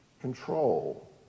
control